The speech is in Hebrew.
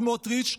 סמוטריץ',